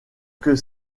que